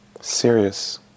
serious